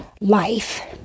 life